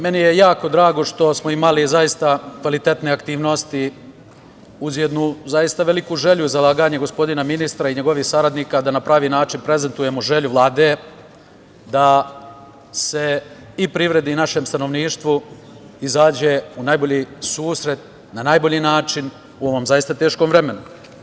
Meni je jako drago što smo imali zaista kvalitetne aktivnosti uz jednu zaista veliku želju zalaganja gospodina ministra i njegovih saradnika da na pravi način prezentujemo želju Vlade, da se i privredi i našem stanovništvu izađe u najbolji susret, na najbolji način u ovom zaista teškom vremenu.